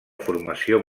formació